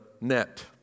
net